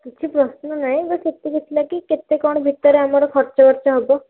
କିଛି ପ୍ରଶ୍ନ ନାହିଁ ବାସ୍ ଏତିକି ଥିଲା କି କେତେ କ'ଣ ଭିତରେ ଆମର ଖର୍ଚ୍ଚବାର୍ଚ୍ଚ ହେବ